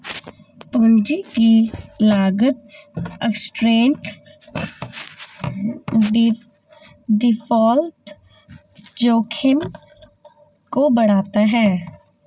पूंजी की लागत ऋण डिफ़ॉल्ट जोखिम को बढ़ाता है